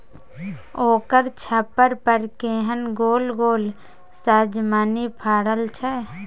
ओकर छप्पर पर केहन गोल गोल सजमनि फड़ल छै